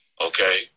Okay